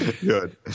Good